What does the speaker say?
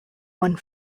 one